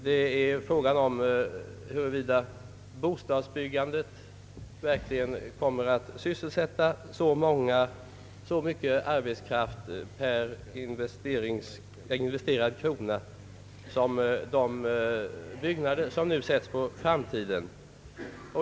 Det är om bostadsbyggandet verkligen kommer att sysselsätta så mycket arbetskraft per investerad krona som de byggnader man nu ställer på framtiden.